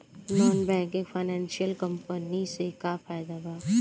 Non banking financial company से का फायदा बा?